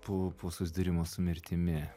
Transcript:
po po susidūrimo su mirtimi